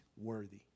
worthy